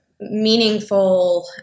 meaningful